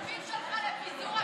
שלך לפיזור הכנסת.